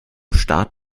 staat